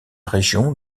région